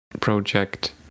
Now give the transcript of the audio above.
project